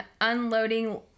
unloading